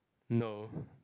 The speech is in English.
no